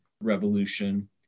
Revolution